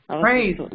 Praise